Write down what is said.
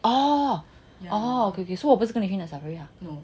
oh oh okay okay so 我不是跟你去 night safar